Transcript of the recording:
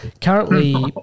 currently